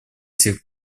сих